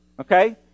okay